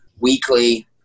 weekly